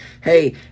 hey